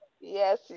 Yes